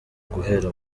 guhera